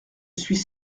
suis